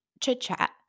chit-chat